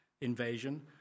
invasion